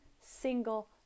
single